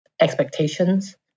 expectations